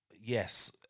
yes